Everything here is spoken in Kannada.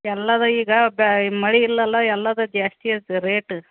ಎಲ್ಲದು ಈಗ ಬ್ಯಾ ಮಳೆ ಇಲ್ಲ ಅಲ್ವ ಎಲ್ಲದೂ ಜಾಸ್ತಿ ಆಯಿತು ರೇಟು